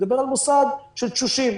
אני מדבר על מוסד של תשושים,